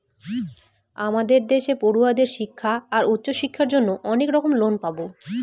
আমাদের দেশে পড়ুয়াদের শিক্ষা আর উচ্চশিক্ষার জন্য অনেক রকম লোন পাবো